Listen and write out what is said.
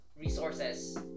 resources